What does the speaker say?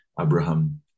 Abraham